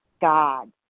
God